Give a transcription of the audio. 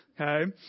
Okay